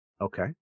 Okay